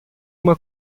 uma